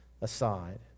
aside